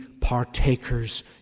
partakers